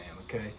okay